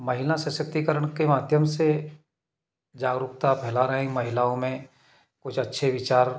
महिला सशक्तिकरण के माध्यम से जागरूकता फैला रहीं महिलाओं में कुछ अच्छे विचार